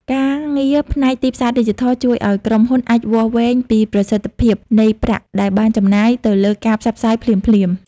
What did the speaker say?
ការងារផ្នែកទីផ្សារឌីជីថលជួយឱ្យក្រុមហ៊ុនអាចវាស់វែងពីប្រសិទ្ធភាពនៃប្រាក់ដែលបានចំណាយទៅលើការផ្សព្វផ្សាយបានភ្លាមៗ។